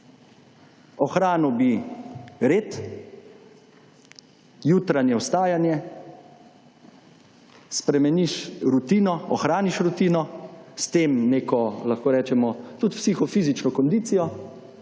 Ohranil bi red, jutranje ostajanje, spremeniš rutino, ohraniš rutino, s tem neko, lahko rečemo, tudi psihofizično kondicijo